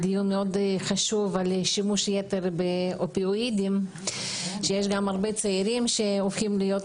על שימוש יתר באופיואידים ויש גם הרבה צעירים שעתידים